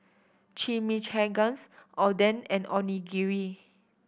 Chimichangas Oden and Onigiri